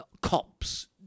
cops